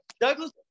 Douglas